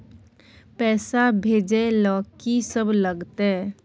पैसा भेजै ल की सब लगतै?